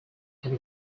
can